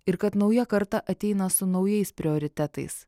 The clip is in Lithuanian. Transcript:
ir kad nauja karta ateina su naujais prioritetais